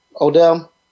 Odell